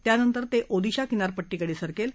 त्यानंतर ते ओदिशा किनारपट्टीकडे सरकेल